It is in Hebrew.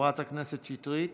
חברת הכנסת שטרית,